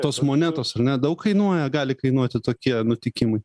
tos monetos ar ne daug kainuoja gali kainuoti tokie nutikimai